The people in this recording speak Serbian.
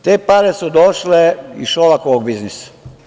Te pare su došle iz Šolakovog biznisa.